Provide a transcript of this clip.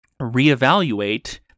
reevaluate